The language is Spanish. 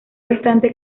restante